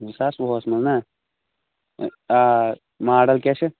زٕ ساس وُہَس منٛز نا آ ماڈل کیٛاہ چھُ